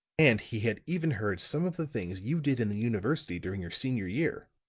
and he had even heard some of the things you did in the university during your senior year.